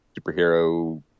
superhero